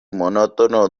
monótono